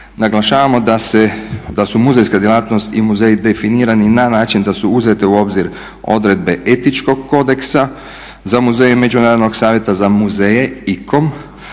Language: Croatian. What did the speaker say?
Naglašavamo da su muzejska djelatnost i muzeji definirani na način da su uzete u obzir odredbe etičkog kodeksa za muzeje međunarodnog savjeta, za muzeje